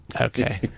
Okay